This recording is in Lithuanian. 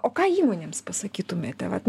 o ką įmonėms pasakytumėte vat